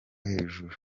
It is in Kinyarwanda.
hejuru